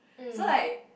so like